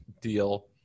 deal